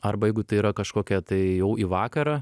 arba jeigu tai yra kažkokia tai jau į vakarą